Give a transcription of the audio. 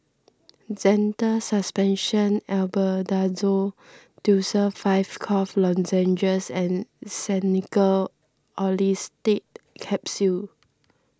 Zental Suspension Albendazole Tussils five Cough Lozenges and Xenical Orlistat Capsules